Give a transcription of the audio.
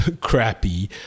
crappy